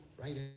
right